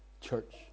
Church